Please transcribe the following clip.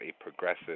progressive